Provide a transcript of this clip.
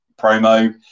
promo